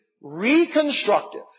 reconstructive